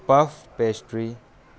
puff pastry